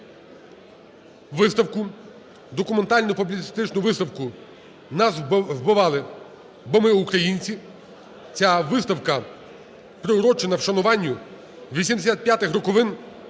документально-публіцистичну виставку "Нас вбивали, бо ми українці". Ця виставка приурочена вшануванню 85-х роковин